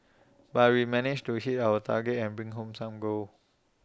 but we managed to hit our target and bring home some gold